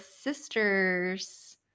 sisters